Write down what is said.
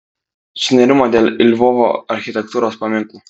sunerimo dėl lvovo architektūros paminklų